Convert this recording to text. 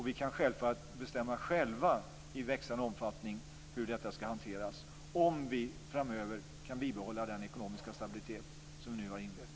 Vi kan självfallet bestämma själva i växande omfattning hur detta skall hanteras, om vi framöver kan bibehålla den ekonomiska stabilitet som vi nu har fått.